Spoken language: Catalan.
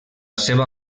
seva